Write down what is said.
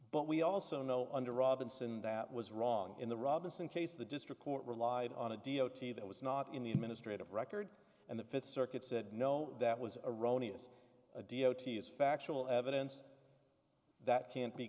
but we also know under robinson that was wrong in the robinson case the district court relied on a d o t that was not in the administrative record and the fifth circuit said no that was erroneous d o t is factual evidence that can't be